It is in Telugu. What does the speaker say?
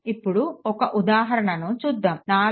ఇప్పుడు ఒక ఉదాహరణ చూద్దాము 4